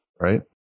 Right